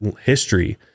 history